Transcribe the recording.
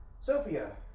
Sophia